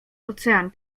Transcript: ocean